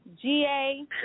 GA